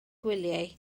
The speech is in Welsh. gwyliau